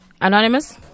Anonymous